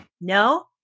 no